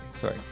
Sorry